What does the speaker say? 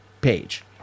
page